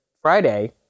Friday